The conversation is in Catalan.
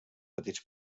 petits